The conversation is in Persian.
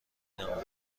نبوده